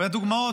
והדוגמאות,